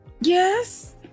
Yes